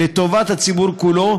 לטובת הציבור כולו.